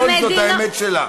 נכון, זאת האמת שלה.